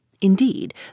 Indeed